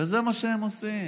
וזה מה שהם עושים,